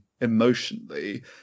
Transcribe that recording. emotionally